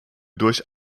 durch